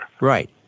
Right